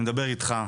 אני מדבר איתך,